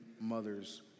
mothers